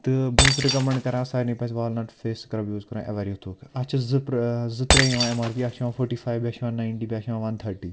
تہٕ بہٕ چھُس رِکَمَنٛڈ کَران سارنی پَزِ والنَٹ فیس سٕکرَب یوٗز کَرُن اٮ۪وَرویتھُک اَتھ چھِ زٕ زٕ ترٛےٚ یِوان اٮ۪م آر پی اَکھ چھِ یِوان فوٚٹی فایِو بیٛاکھ چھِ یِوان نایِنٹی بیٛاکھ چھِ یِوان وَن تھٔٹی